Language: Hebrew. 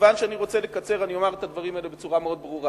מכיוון שאני רוצה לקצר אני אומר את הדברים האלה בצורה מאוד ברורה,